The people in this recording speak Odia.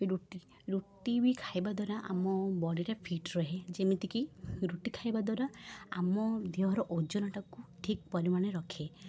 ରୁଟି ରୁଟି ବି ଖାଇବାଦ୍ୱାରା ଆମ ବଡ଼ିଟା ଫିଟ୍ ରୁହେ ଯେମିତିକି ରୁଟି ଖାଇବାଦ୍ୱାରା ଆମ ଦେହର ଓଜନ ଟାକୁ ଠିକ୍ ପରିମାଣରେ ରଖେ